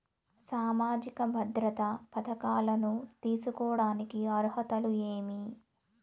సామాజిక భద్రత పథకాలను తీసుకోడానికి అర్హతలు ఏమి?